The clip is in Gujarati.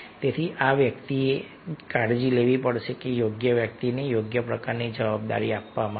તેથી આ વ્યક્તિએ કાળજી લેવી પડશે કે યોગ્ય વ્યક્તિને યોગ્ય પ્રકારની જવાબદારી આપવામાં આવે